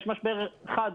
יש משבר אחד.